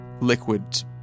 liquid